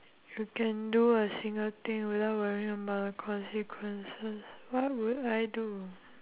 you can do a single thing without worrying about the consequences what would I do